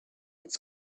its